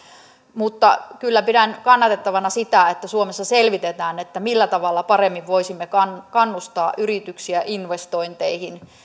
mutta kyllä pidän kannatettavana sitä että suomessa selvitetään millä tavalla paremmin voisimme kannustaa kannustaa yrityksiä investointeihin